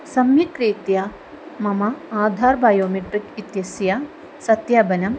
सम्यक् रीत्या मम आधार् बायो मिट्रिक् इत्यस्य सत्यापनम्